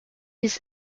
his